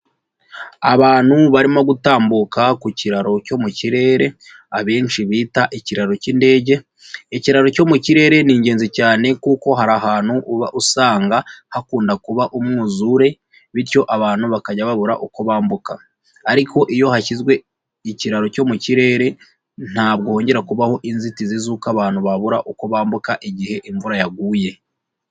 Abantu barimo gutambuka ku kiraro cyo mu kirere, abenshi bita ikiraro k'indege. Ikiraro cyo mu kirere ni ingenzi cyane kuko hari ahantu uba usanga hakunda kuba umwuzure, bityo abantu bakajya babura uko bambuka, ariko iyo hashyizwe ikiraro cyo mu kirere, ntabwo hongera kubaho inzitizi z'uko abantu babura uko bambuka igihe imvura yaguye.